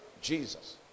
Jesus